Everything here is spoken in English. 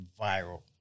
viral